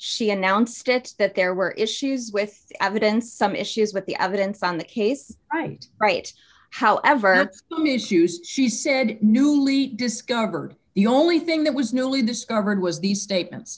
she announced it that there were issues with evidence some issues with the evidence on the case right right however some issues she said newly discovered the only thing that was newly discovered was these statements